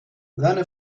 seine